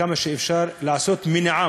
כמה שאפשר לעשות מניעה,